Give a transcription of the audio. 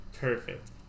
Perfect